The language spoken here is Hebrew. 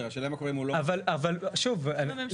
אבל אם הוא מחליט זה בסדר.